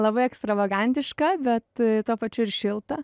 labai ekstravagantišką bet tuo pačiu ir šiltą